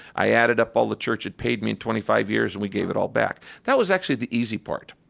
i added up all the church that paid me in twenty five years and we gave it all back. that was actually the easy part.